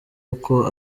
uko